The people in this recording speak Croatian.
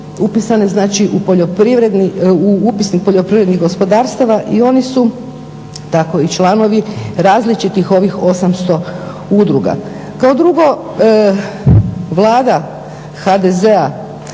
upisane znači u Upisnik poljoprivrednih gospodarstava i oni su tako i članovi različitih ovih 800 udruga. Kao drugo, Vlada HDZ-a